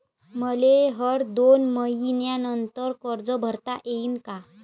मले हर दोन मयीन्यानंतर कर्ज भरता येईन का?